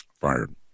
fired